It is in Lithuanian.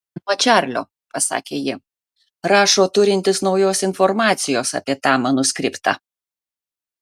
nuo čarlio pasakė ji rašo turintis naujos informacijos apie tą manuskriptą